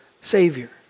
savior